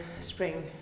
spring